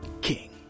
King